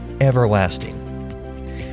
everlasting